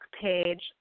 page